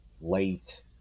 late